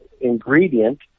ingredient